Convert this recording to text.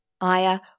Aya